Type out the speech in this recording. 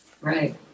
Right